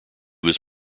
was